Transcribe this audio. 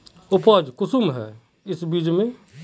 उपज कुंसम है इस बीज में?